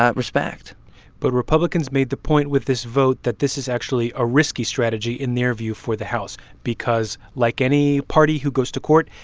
ah respect but republicans made the point with this vote that this is actually a risky strategy in their view for the house because, like any party who goes to court,